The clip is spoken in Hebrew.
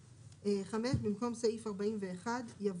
(5) במקום סעיף 41 יבוא: